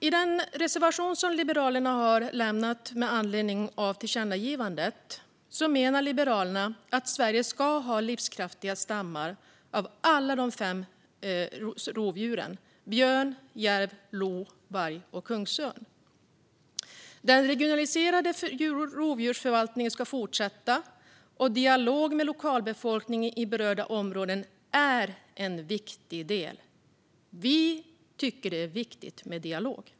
I den reservation som Liberalerna har lämnat med anledning av förslaget om tillkännagivande menar vi att Sverige ska ha livskraftiga stammar av alla de fem rovdjuren: björn, järv, lo, varg och kungsörn. Den regionaliserade rovdjursförvaltningen ska fortsätta, och dialog med lokalbefolkningen i berörda områden är en viktig del. Vi tycker att det är viktigt med dialog.